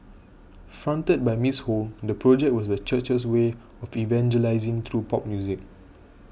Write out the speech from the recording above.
fronted by Miss Ho the project was the church's way of evangelising through pop music